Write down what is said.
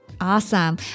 Awesome